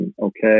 okay